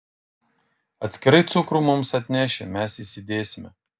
atskirai cukrų mums atneši mes įsidėsime